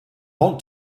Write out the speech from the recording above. want